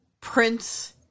prince